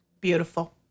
Beautiful